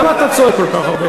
למה אתה צועק כל כך הרבה?